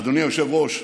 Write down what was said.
אדוני היושב-ראש,